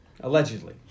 allegedly